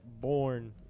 born